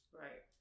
right